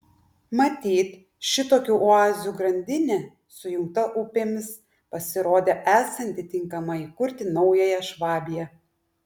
matyt šitokių oazių grandinė sujungta upėmis pasirodė esanti tinkama įkurti naująją švabiją